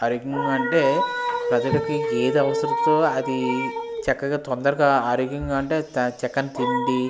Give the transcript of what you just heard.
ఆరోగ్యం అంటే ప్రజలకి ఏది అవసరమో అది చక్కగా తొందరగా ఆరోగ్యంగా అంటే చక్కని తిండి